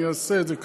אני אעשה את זה,